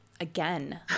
Again